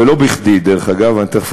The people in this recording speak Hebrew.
ולא בכדי, דרך אגב.